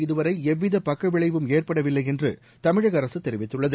இதுவரைஎவ்விதபக்கவிளைவும் ஏற்படவில்லைஎன்றுதமிழகஅரசுதெரிவித்துள்ளது